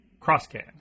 Crosscan